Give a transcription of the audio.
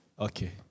Okay